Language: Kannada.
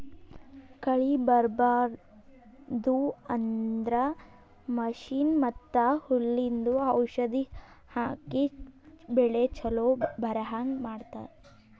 ಕಳಿ ಬರ್ಬಾಡದು ಅಂದ್ರ ಮಷೀನ್ ಮತ್ತ್ ಹುಲ್ಲಿಂದು ಔಷಧ್ ಹಾಕಿ ಬೆಳಿ ಚೊಲೋ ಬರಹಂಗ್ ಮಾಡತ್ತರ್